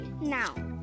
now